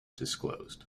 disclosed